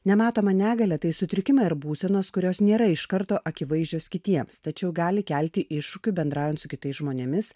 nematoma negalia tai sutrikimai ar būsenos kurios nėra iš karto akivaizdžios kitiems tačiau gali kelti iššūkių bendraujant su kitais žmonėmis